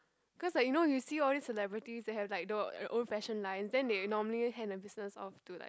cause like you know you see all these celebrities they have like the uh own fashion lines then they normally hand their business off to like